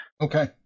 Okay